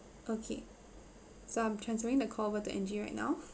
okay so I'm transferring the call over to angie right now